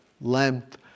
length